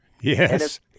Yes